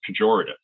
pejorative